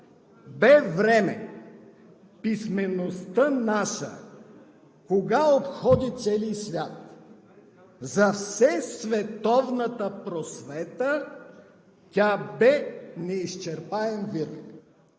„Бе време, писмеността наша кога обходи целий мир; за все световната просвета тя бе неизчерпаем вир“.